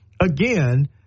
Again